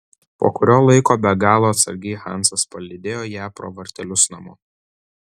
po kurio laiko be galo atsargiai hansas palydėjo ją pro vartelius namo